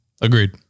Agreed